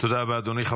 תודה רבה, אדוני.